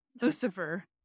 Lucifer